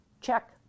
check